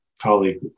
colleague